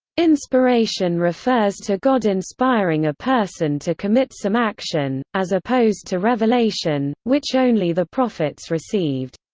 inspiration refers to god inspiring a person to commit some action, as opposed to revelation, which only the prophets received.